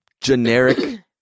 generic